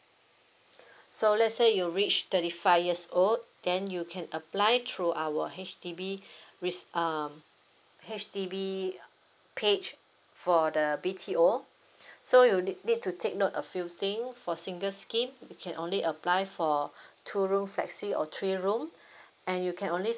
so let's say you reach thirty five years old then you can apply through our H_D_B risk um H_D_B page for the B_T_O so you need to take note a few thing for single scheme they can only apply for a two room flexi or three room and you can only